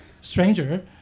stranger